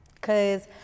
Cause